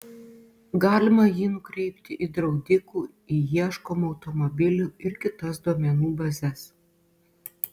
galima jį nukreipti į draudikų į ieškomų automobilių ir kitas duomenų bazes